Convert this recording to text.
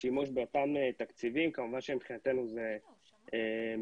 שימוש באותם תקציבים כמובן שמבחינתנו זה מבורך.